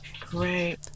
Great